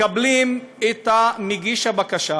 מקבלים את מגיש הבקשה